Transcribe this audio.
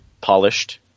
polished